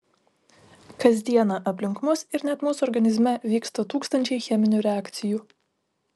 kas dieną aplink mus ir net mūsų organizme vyksta tūkstančiai cheminių reakcijų